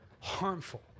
Harmful